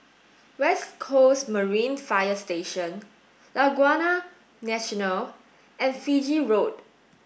west Coast Marine Fire Station Laguna National and Fiji Road